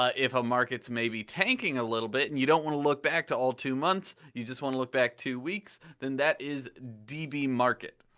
ah if a market is maybe tanking a little bit and you don't want to look back to all two months and you just want to look back two weeks, then that is dbmarket.